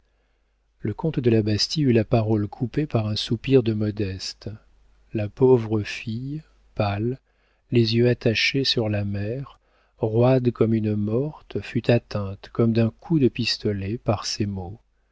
le comte de la bastie eut la parole coupée par un soupir de modeste la pauvre fille pâle les yeux attachés sur la mer roide comme une morte fut atteinte comme d'un coup de pistolet par ces mots